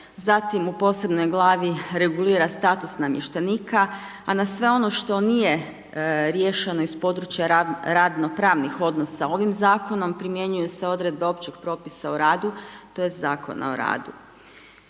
zatim u posebnoj glavi regulira status namještenika, a na sve ono što nije riješeno iz područja radno pravnih odnosa ovim Zakonom, primjenjuju se odredbe Općeg propisa o radu tj. Zakona o radu.